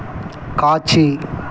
காட்சி